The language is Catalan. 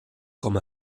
com